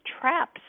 traps